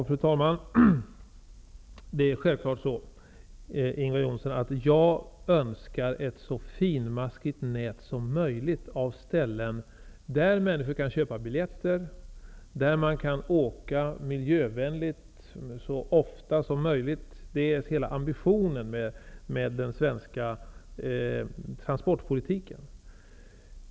Fru talman! Självfallet önskar jag, Ingvar Johnsson, ett så finmaskigt nät som möjligt av ställen där människor kan köpa biljetter och där man kan åka miljövänligt så ofta som möjligt. Det är just det som är ambitionen med den svenska transportpolitiken.